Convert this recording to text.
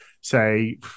say